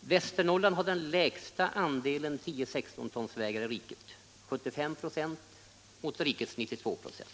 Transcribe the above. Västernorrland har den lägsta andelen 10-16 tons vägar i riket, 75 96 mot rikets 92 26.